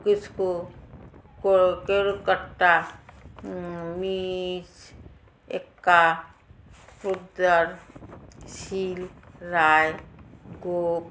Kisku Kerketta Minz Ekka Poddar Sil Roy Gope